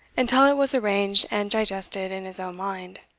until it was arranged and digested in his own mind.